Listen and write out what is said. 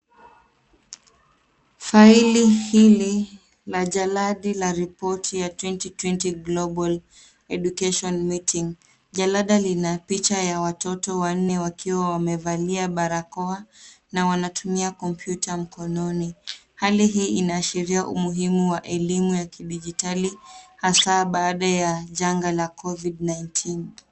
Faili hili la jaladi la ripoti ya 2020 Global Education Meeting jalada lina picha ya watoto wanne wakiwa wamevalia barakoa na wanatumia kompyuta mkononi hali hii inashiria umuhimu wa elimu ya kidigitali hasaa baada ya janga la Covid-19.